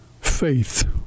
faith